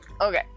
Okay